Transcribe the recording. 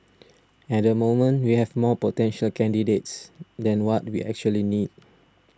at the moment we have more potential candidates than what we actually need